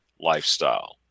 lifestyle